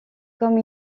comme